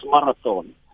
Marathon